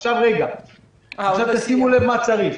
עכשיו, תשימו לב מה צריך.